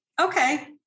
Okay